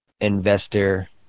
investor